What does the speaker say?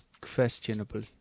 Questionable